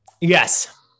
Yes